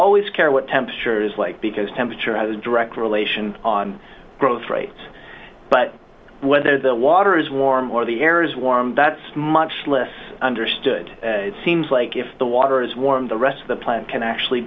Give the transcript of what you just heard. always care what temperature is like because temperature has direct relation on growth rates but whether the water is warm or the air is warm that's much less understood it seems like if the water is warm the rest of the plant can actually